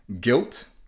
guilt